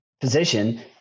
position